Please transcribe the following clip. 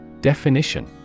Definition